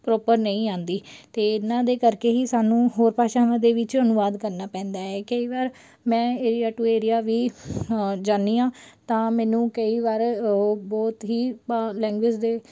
proper ਨਹੀਂ ਆਉਂਦੀ ਅਤੇ ਇਹਨਾਂ ਦੇ ਕਰਕੇ ਹੀ ਸਾਨੂੰ ਹੋਰ ਭਾਸ਼ਾਵਾਂ ਦੇ ਵਿੱਚ ਅਨੁਵਾਦ ਕਰਨਾ ਪੈਂਦਾ ਹੈ ਕਈ ਵਾਰ ਮੈਂ ਏਰੀਆ ਟੂ ਏਰੀਆ ਵੀ ਜਾਂਦੀ ਹਾਂ ਤਾਂ ਮੈਨੂੰ ਕਈ ਵਾਰ ਉਹ ਬਹੁਤ ਹੀ ਭ ਲੈਂਗੁਏਜ ਦੇ